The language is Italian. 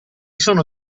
sono